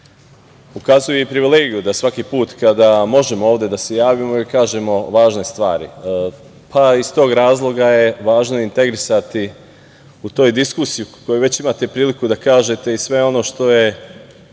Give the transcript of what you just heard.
ukazuje i privilegiju da svaki put kada možemo ovde da se javimo i kažemo važne stvari, pa iz tog razloga je važno integrisati u toj diskusiji koju već imate priliku da kažete i sve ono što je